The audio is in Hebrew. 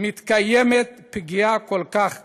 מתקיימת פגיעה כל כך קשה?